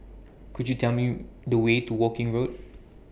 Could YOU Tell Me The Way to Woking Road